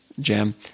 jam